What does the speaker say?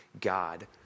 God